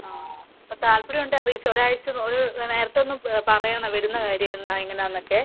ആ അപ്പം താൽപ്പര്യം ഉണ്ടെങ്കിൽ അറിയിച്ചോളൂ ഒരാഴ്ച നേരത്തെ ഒന്ന് പറയണം വരുന്ന കാര്യം എന്നാണ് എങ്ങനെ ആണെന്നൊക്കെ